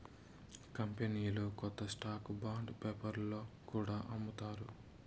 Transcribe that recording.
కంపెనీలు కొత్త stock bond పేపర్లో కూడా అమ్ముతారు